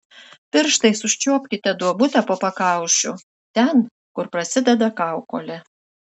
pirštais užčiuopkite duobutę po pakaušiu ten kur prasideda kaukolė